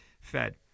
Fed